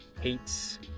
hates